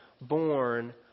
born